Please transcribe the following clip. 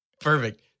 Perfect